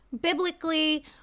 biblically